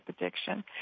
addiction